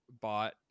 bought